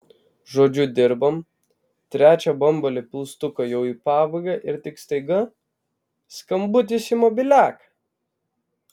žodžiu dirbam trečią bambalį pilstuko jau į pabaigą ir tik staiga skambutis į mobiliaką